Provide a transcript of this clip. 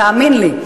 תאמין לי.